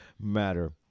matter